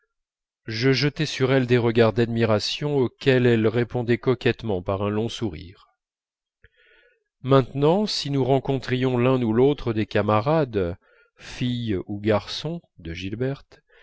je jetais sur elle des regards d'admiration auxquels elle répondait coquettement par un long sourire maintenant si nous rencontrions l'un ou l'autre des camarades fille ou garçon de gilberte